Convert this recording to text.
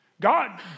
God